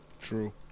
true